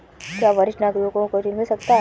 क्या वरिष्ठ नागरिकों को ऋण मिल सकता है?